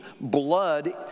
Blood